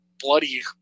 bloody